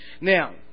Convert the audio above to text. Now